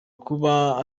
kuba